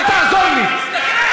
אל תעזור לי,